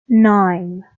nine